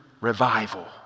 revival